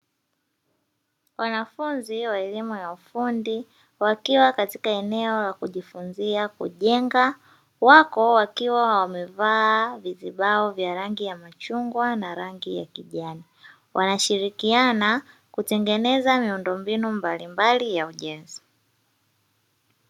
Wanafunzi wa elimu ya ufundi wakiwa katika eneo la kujifunza kujenga wako wakiwa wamevaa vizibao vya rangi ya machungwa na rangi ya kijani, wanashirikiana kutengeneza miundombinu mbalimbali ya ujenzi.